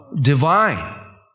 divine